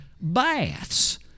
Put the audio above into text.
baths